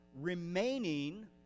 remaining